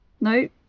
Nope